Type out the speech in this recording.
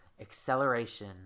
acceleration